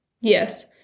Yes